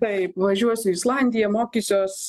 taip važiuosiu į islandiją mokysiuos